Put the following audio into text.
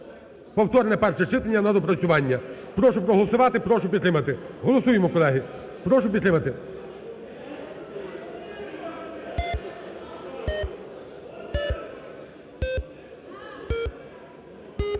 повторне перше читання на доопрацювання. Прошу проголосувати. Прошу підтримати. Голосуємо, колеги. Прошу підтримати.